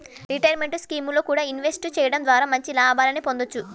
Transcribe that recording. retirement స్కీముల్లో కూడా invest చెయ్యడం ద్వారా మంచి లాభాలనే పొందొచ్చు